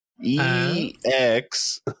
E-X